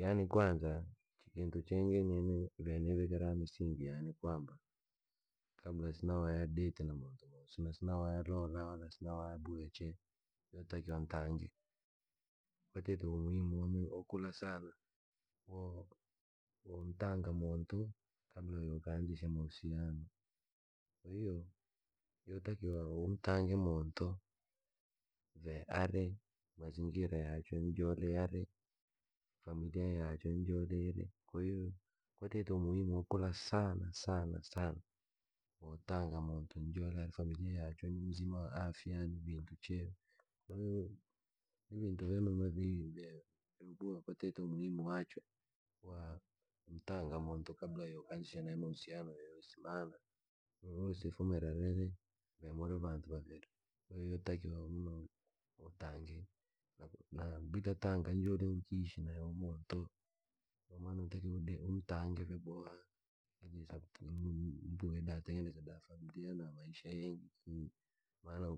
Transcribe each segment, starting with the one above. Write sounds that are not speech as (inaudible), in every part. Yaani kwanza, kintu chengeyene nivekera misingi yaane yani kwamba, kabla sina ya detti na muntu, sina sinawaya lola, wala sinawaya boya chee yotakiwa ntange muntu. Kwatite umuhimu wa kuula sana. Kuntanga muntu kabla yokaanzisha mahusiano. kwahiyo, yootakiwa umtange muntu are mazingira ya chwe nijole are familiya yachwe nijole ere. Kwahiyo, kwatite umuhimu wa kuula sana sana sana, kumtanga muntu ndio familiya yaachwe ni uzima wa afya ni vinti chee. Kwahiyo, vintu vya mema vii vyaboha kwatite umuhimu wachwe, wa kumtanga muntu kabla yaanzisha mahusiano na yoyosi mana. Rorosi kufumira rii, ve muri vaantu vaviri. kwahiyo, yootakiwa utange, na bitta tanga yokuishi na uyo munto, ndio maana yatakiwa umtange vyeboha (unintelligible) tengeneza da famiya na maishi ingi. Maana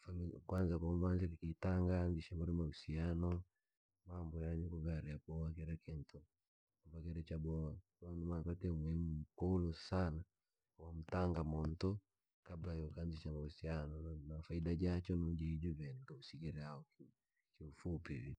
familiya, kwanza kumuanza nikitanga nishawiri mauhusiano, mambo yakugariya koo kila kintu. kile cha boha kwamba pata umuhimu kuulu sana wamtanga muntu bakla ya kuanzisha mahusiano, na faida yachoo na jiijuu nivendusi sigirao kifupi vi.